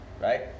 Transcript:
right